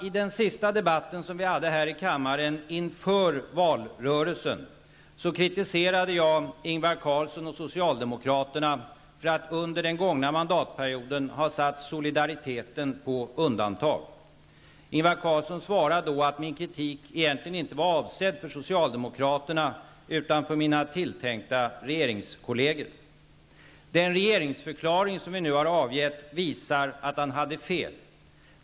I den sista debatten här i kammaren inför valrörelsen kritiserade jag Ingvar Carlsson och socialdemokraterna för att under den gångna mandatperioden har satt solidariteten på undantag. Ingvar Carlsson svarade då att min kritik egentligen inte var avsedd för socialdemokraterna utan för mina tilltänkta regeringskolleger. Den regeringsförklaring som vi nu har avgett visar att han hade fel.